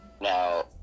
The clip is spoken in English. Now